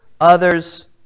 others